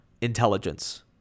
intelligence